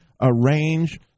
arrange